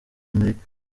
amerika